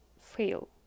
fail